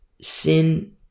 sin